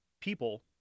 people